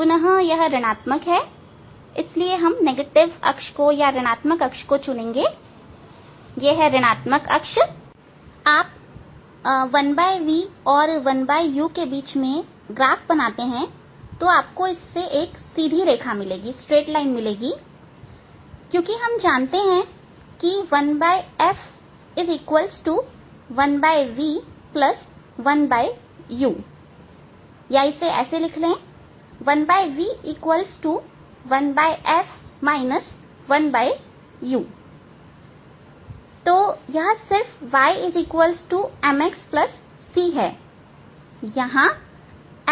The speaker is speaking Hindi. पुनः यह ऋणआत्मक है इसलिए हम ऋण आत्मक अक्ष को चुनेंगे ऋण आत्मक अक्ष हमने चुना है आप 1u और 1v के बीच ग्राफ बना सकते हैं इससे आपको एक सीधी रेखा मिलेगी क्योंकि हम जानते है कि 1 f 1 v 1 u 1 v 1 f 1 u तो यह सिर्फ y m x c है